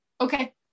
Okay